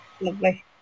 lovely